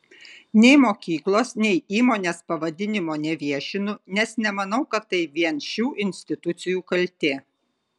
nei mokyklos nei įmonės pavadinimo neviešinu nes nemanau kad tai vien šių institucijų kaltė